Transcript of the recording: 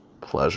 Pleasure